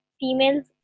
females